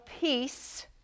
peace